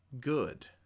good